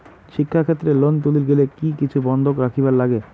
শিক্ষাক্ষেত্রে লোন তুলির গেলে কি কিছু বন্ধক রাখিবার লাগে?